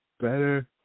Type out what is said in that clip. better